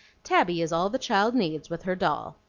tabby is all the child needs, with her doll.